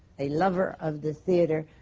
a lover of the theatre,